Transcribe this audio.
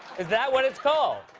is that what it's called?